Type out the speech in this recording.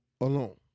alone